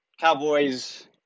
Cowboys